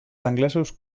anglesos